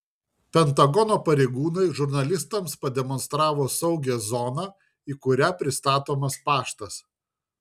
pentagono pareigūnai žurnalistams pademonstravo saugią zoną į kurią pristatomas paštas